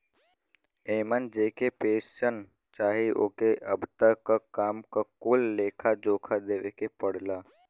एमन जेके पेन्सन चाही ओके अब तक क काम क कुल लेखा जोखा देवे के पड़ला